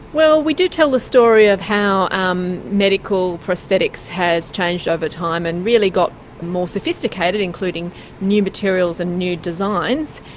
well, we do tell the story of how um medical prosthetics has changed over time and really got more sophisticated, including new materials and new designs.